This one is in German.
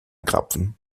krapfen